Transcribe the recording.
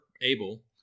able